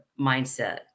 mindset